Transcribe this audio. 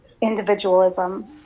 individualism